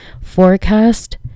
forecast